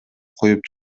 коюп